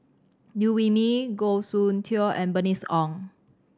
Liew Wee Mee Goh Soon Tioe and Bernice Ong